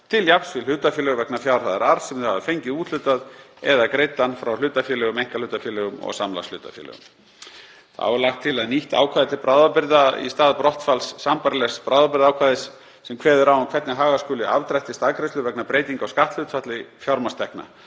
til jafns við hlutafélög vegna fjárhæðar arðs sem þau hafa fengið úthlutaða eða greidda frá hlutafélögum, einkahlutafélögum og samlagshlutafélögum. Þá er lagt til nýtt ákvæði til bráðabirgða í stað brottfalls sambærilegs bráðabirgðaákvæðis sem kveður á um hvernig haga skuli afdrætti staðgreiðslu vegna breytinga á skatthlutfalli fjármagnstekna.